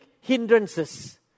hindrances